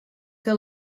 que